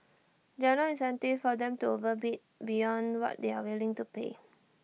there're no incentives for them to overbid beyond what they are willing to pay